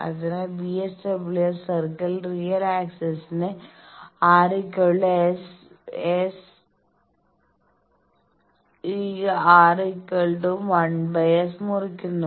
അതിനാൽ VSWR circle real axis RS∨R 1S മുറിക്കുന്നു